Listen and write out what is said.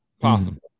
possible